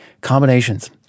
combinations